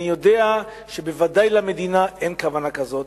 אני יודע שבוודאי למדינה אין כוונה כזאת,